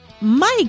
mike